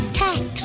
tax